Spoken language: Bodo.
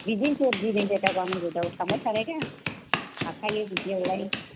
बिदिन्थ' बल गेलेग्रा गामि गेजेराव थाबाय थानाय दा